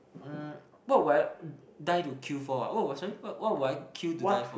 mm what would I die to queue for ah what what sorry what what would I queue to die for